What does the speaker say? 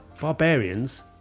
Barbarians